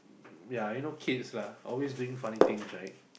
yea you know kids lah always doing funny things right